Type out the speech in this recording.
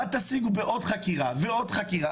מה תשיגו בעוד חקירה ועוד חקירה?